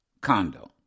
condo